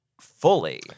Fully